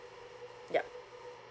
yup